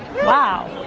wow.